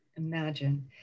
imagine